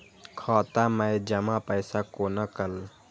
खाता मैं जमा पैसा कोना कल